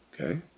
Okay